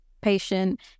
patient